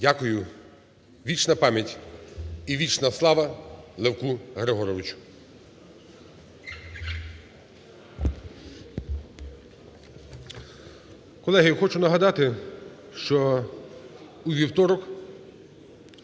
Дякую. Вічна пам'ять і вічна слава Левку Григоровичу. Колеги, я хочу нагадати, що у вівторок